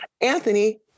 Anthony